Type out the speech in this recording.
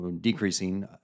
decreasing